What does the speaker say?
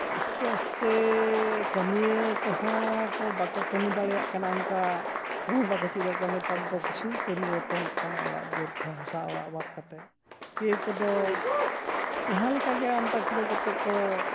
ᱟᱥᱛᱮ ᱟᱥᱛᱮ ᱠᱟᱹᱢᱤᱭᱟᱹ ᱠᱚᱦᱚᱸ ᱠᱚ ᱵᱟᱠᱚ ᱠᱟᱹᱢᱤ ᱫᱟᱲᱮᱭᱟᱜ ᱠᱟᱱᱟ ᱚᱱᱠᱟ ᱠᱟᱹᱢᱤ ᱵᱟᱠᱚ ᱪᱮᱫ ᱮᱫ ᱠᱟᱱᱟ ᱱᱮᱛᱟᱨ ᱫᱚ ᱠᱤᱪᱷᱩ ᱯᱚᱨᱤᱵᱚᱨᱛᱚᱱᱚᱜ ᱠᱟᱱᱟ ᱚᱲᱟᱜ ᱫᱩᱣᱟᱹᱨ ᱠᱚᱦᱚᱸ ᱦᱟᱥᱟ ᱚᱲᱟᱜ ᱵᱟᱫ ᱠᱟᱛᱮ ᱠᱮᱣ ᱠᱚᱫᱚ ᱡᱟᱦᱟᱸᱞᱮᱠᱟ ᱜᱮ ᱟᱱᱴᱟ ᱠᱩᱲᱟᱹ ᱠᱟᱛᱮ ᱠᱚ